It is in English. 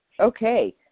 Okay